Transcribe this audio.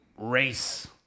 Race